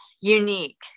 unique